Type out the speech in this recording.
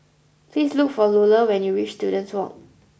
please look for Luella when you reach Students Walk